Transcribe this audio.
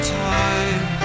time